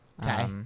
okay